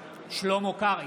שלמה קרעי,